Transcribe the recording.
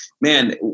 man